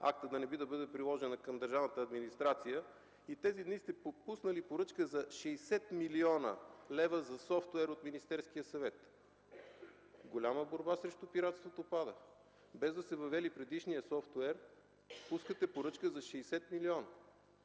АСТА да не би да бъде приложена към държавната администрация и тези дни сте пуснали поръчка за 60 мил. лв. за софтуер от Министерския съвет. Голяма борба срещу пиратството пада. Без да сте въвели предишния софтуер, пускате поръчка за 60 милиона?!